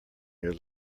your